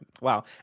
wow